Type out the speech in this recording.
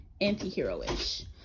anti-hero-ish